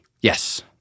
Yes